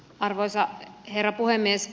arvoisa herra puhemies